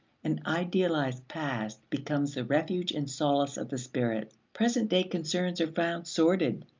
an idealized past becomes the refuge and solace of the spirit present-day concerns are found sordid,